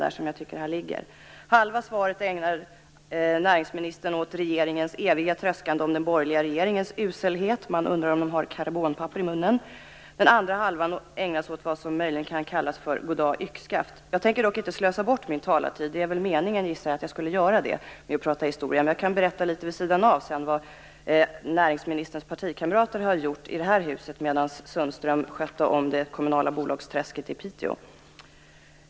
Näringsministern ägnar halva svaret åt regeringens eviga tröskande om den borgerliga regeringens uselhet. Man undrar om de har karbonpapper i munnen. Den andra halvan ägnas åt vad som möjligen kan kallas "goddag yxskaft". Jag tänker dock inte slösa bort min talartid med att prata om historia; jag gissar att meningen var att jag skulle göra det. Jag kan berätta litet vid sidan av sedan vad näringsministerns partikamrater gjorde i det här huset medan Sundström skötte om det kommunala bolagsträsket i Piteå.